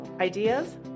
ideas